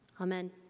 amen